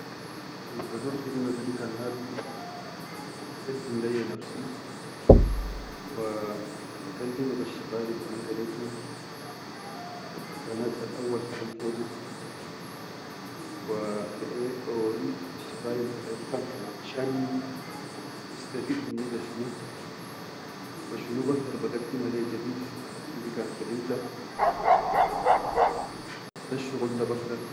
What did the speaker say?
Kan bador khidime fi bikan nadum bagaddim leyya nafsi, wa bakallima besshaqalil ana garetum, wal bikaanat alawwal khadam fogum, wa ba baʼori asshaqlil baʼerifan kan shalni, bistafeed minni be shunu wa shunu bagda bagaddima le jadeed fi bikaan khidimti, bessshuqul da bagda.